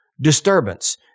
disturbance